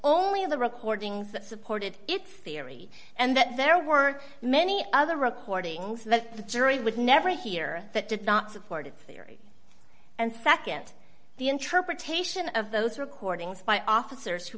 of the recordings that supported its theory and that there were many other recordings that the jury would never hear that did not support it theory and nd the interpretation of those recordings by officers who